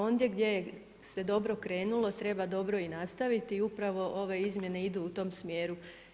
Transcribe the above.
Ondje gdje se dobro krenulo treba dobro i nastaviti i upravo ove izmjene idu u tom smjeru.